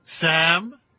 Sam